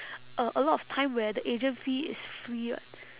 a a lot of time where the agent fee is free [what]